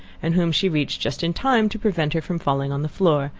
and whom she reached just in time to prevent her from falling on the floor,